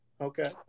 Okay